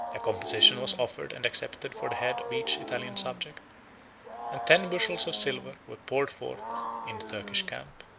a composition was offered and accepted for the head of each italian subject and ten bushels of silver were poured forth in the turkish camp.